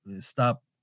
stop